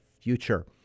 future